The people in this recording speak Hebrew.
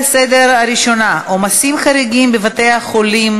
בהצעה, כפוף לאמור לעיל.